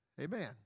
Amen